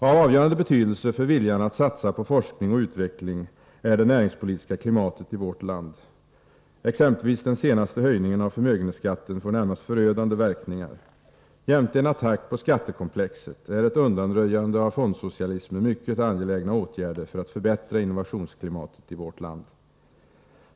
Av avgörande betydelse för viljan att satsa på forskning och utveckling är det näringspolitiska klimatet i vårt land. Exempelvis den senaste höjningen av förmögenhetsskatten får närmast förödande verkningar. En attack på skattekomplexet och ett undanröjande av fondsocialismen är mycket angelägna åtgärder för att förbättra innovationsklimatet i vårt land.